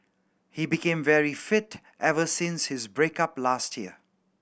he became very fit ever since his break up last year